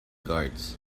guards